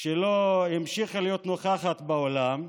המשיכה להיות נוכחת באולם,